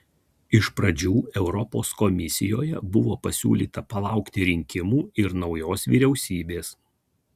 iš pradžių europos komisijoje buvo pasiūlyta palaukti rinkimų ir naujos vyriausybės